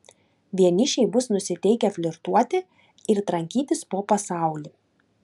vienišiai bus nusiteikę flirtuoti ir trankytis po pasaulį